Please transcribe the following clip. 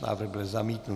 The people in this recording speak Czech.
Návrh byl zamítnut.